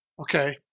Okay